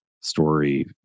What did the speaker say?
story